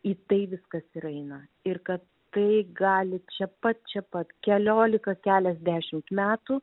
į tai viskas ir aina ir kad tai gali čia pat čia pat keliolika keliasdešimt metų